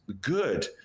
good